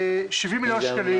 בבקשה 22 יש 70 מיליון שקלים,